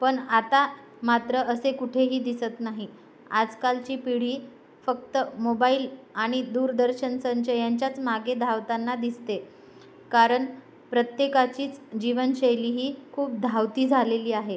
पणआता मात्र असे कुठेही दिसत नाही आजकालची पिढी फक्त मोबाईल आणि दूरदर्शन संच यांच्याच मागे धावताना दिसते आहे कारण प्रत्येकाचीच जीवनशैली ही खूप धावती झालेली आहे